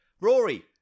Rory